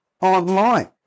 online